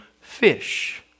fish